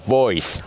voice